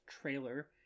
trailer